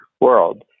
world